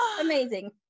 amazing